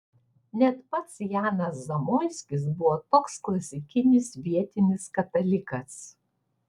net pats janas zamoiskis buvo toks klasikinis vietinis katalikas